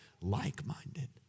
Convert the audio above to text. like-minded